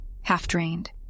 half-drained